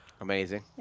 Amazing